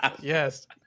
Yes